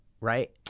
right